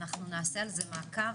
אנחנו נעשה על זה מעקב,